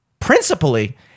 principally